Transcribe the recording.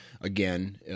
again